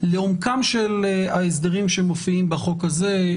לעומקם של ההסדרים שמופיעים בחוק הזה,